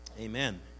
amen